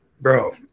bro